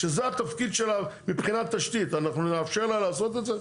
שזה התפקיד שלה מבחינת תשתית אנחנו נאפשר לה לעשות את זה?